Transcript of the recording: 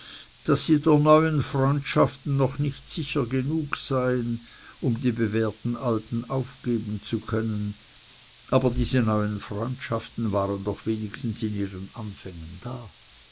daß sie der neuen freundschaften noch nicht sicher genug seien um die bewährten alten aufgeben zu können aber diese neuen freundschaften waren doch wenigstens in ihren anfängen da